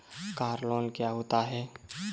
Car loan क्या होता है?